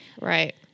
right